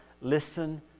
Listen